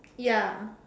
ya